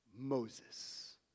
Moses